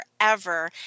forever